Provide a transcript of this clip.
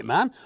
Man